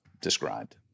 described